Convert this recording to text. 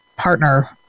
partner